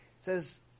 says